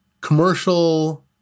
commercial